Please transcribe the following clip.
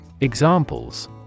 Examples